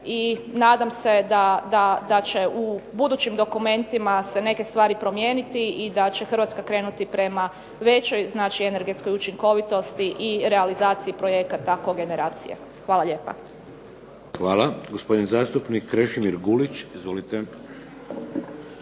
nadam se da će u budućim dokumentima se neke stvari promijeniti i da će Hrvatska krenuti prema većoj energetskoj učinkovitosti i realizaciji projekata kogeneracije. Hvala lijepa. **Šeks, Vladimir (HDZ)** Hvala. Gospodin zastupnik Krešimir Gulić, izvolite.